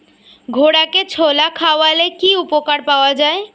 ঘোড়াকে ছোলা খাওয়ালে কি উপকার পাওয়া যায়?